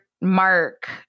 Mark